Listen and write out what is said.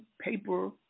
paper